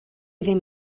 ddim